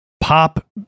pop